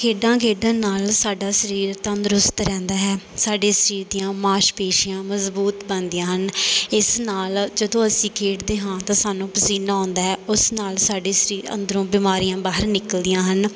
ਖੇਡਾਂ ਖੇਡਣ ਨਾਲ ਸਾਡਾ ਸਰੀਰ ਤੰਦਰੁਸਤ ਰਹਿੰਦਾ ਹੈ ਸਾਡੇ ਸਰੀਰ ਦੀਆਂ ਮਾਸਪੇਸ਼ੀਆਂ ਮਜ਼ਬੂਤ ਬਣਦੀਆਂ ਹਨ ਇਸ ਨਾਲ ਜਦੋਂ ਅਸੀਂ ਖੇਡਦੇ ਹਾਂ ਤਾਂ ਸਾਨੂੰ ਪਸੀਨਾ ਆਉਂਦਾ ਉਸ ਨਾਲ ਸਾਡੇ ਸਰੀਰ ਅੰਦਰੋਂ ਬਿਮਾਰੀਆਂ ਬਾਹਰ ਨਿਕਲਦੀਆਂ ਹਨ